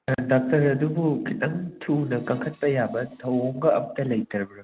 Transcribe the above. doctor ꯑꯗꯨꯕꯨ ꯈꯤꯇꯪ ꯊꯨꯅꯥ ꯀꯪꯈꯠꯄ ꯌꯥꯕ ꯊꯧꯋꯣꯡꯒ ꯑꯝꯇ ꯂꯩꯇ꯭ꯔꯕꯔꯣ